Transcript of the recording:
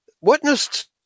witnessed